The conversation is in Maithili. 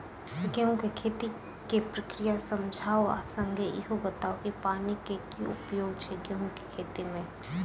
गेंहूँ केँ खेती केँ प्रक्रिया समझाउ आ संगे ईहो बताउ की पानि केँ की उपयोग छै गेंहूँ केँ खेती में?